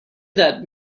that